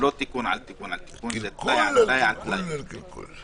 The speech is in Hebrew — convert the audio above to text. זה טלאי על טלאי על טלאי.